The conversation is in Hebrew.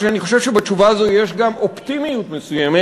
ואני חושב שבתשובה הזאת יש גם אופטימיות מסוימת,